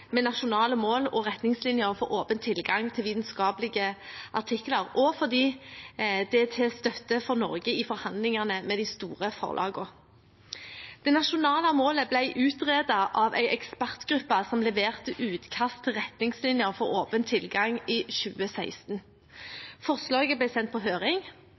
med nasjonale mål og retningslinjer for åpen tilgang til vitenskapelige artikler, og fordi det er til støtte for Norge i forhandlingene med de store forlagene. Det nasjonale målet ble utredet av en ekspertgruppe som leverte utkast til retningslinjer for åpen tilgang i 2016. Forslaget ble sendt på høring,